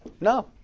No